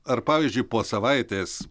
ar pavyzdžiui po savaitės